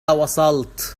وصلت